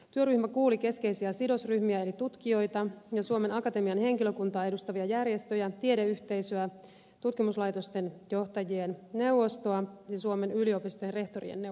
työryhmä kuuli keskeisiä sidosryhmiä eli tutkijoita ja suomen akatemian henkilökuntaa edustavia järjestöjä tiedeyhteisöä tutkimuslaitosten johtajien neuvostoa ja suomen yliopistojen rehtorien neuvostoa